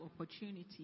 opportunity